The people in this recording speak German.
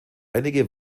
einige